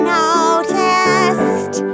noticed